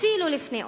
אפילו לפני אוסלו.